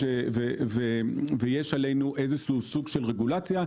ויש עלינו סוג של רגולציה.